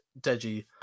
Deji